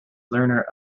learner